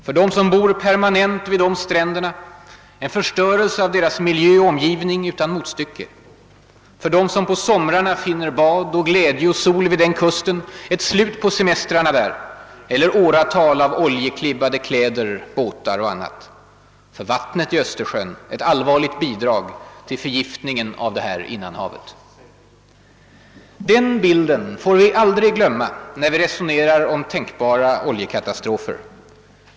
För dem som bor permanent vid dessa stränder en förstörelse av deras miljö och omgivning utan motstycke. För dem som på somrarna finner bad och glädje och sol vid denna kust. ett slut på semestrarna där eller åratal av oljeklibbade kläder, båtar och annat. Det skulle bli ett allvarligt bidrag till förgiftningen av Östersjöns vatten. Den bilden får vi aldrig glömma när vi resonerar om tänkbara oljekatastrofer.